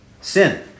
sin